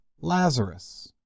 Lazarus